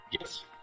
Yes